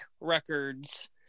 records